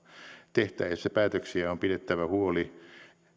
tehtäessä päätöksiä on pidettävä huoli